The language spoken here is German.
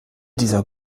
dieser